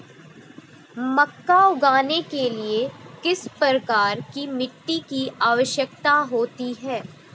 मक्का उगाने के लिए किस प्रकार की मिट्टी की आवश्यकता होती है?